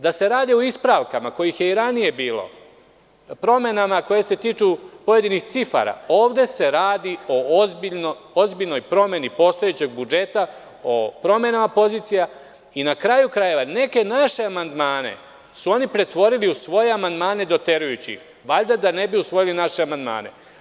Da se radi o ispravkama kojih je i ranije bilo, promenama koje se tiču pojedinih cifara, ovde se radi o ozbiljnoj promeni postojećeg budžeta, o promenama pozicija i, na kraju krajeva, neke naše amandmane su oni pretvorili u svoje amandmane doterujući ih, valjda da ne bi usvojili naše amandmane.